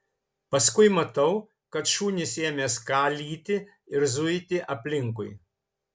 paskui matau kad šunys ėmė skalyti ir zuiti aplinkui